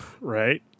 right